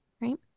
right